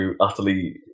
utterly